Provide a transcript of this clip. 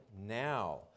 now